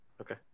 Okay